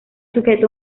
sujeta